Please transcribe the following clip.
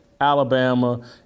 Alabama